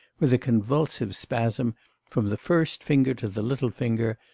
with a convulsive spasm from the first finger to the little finger,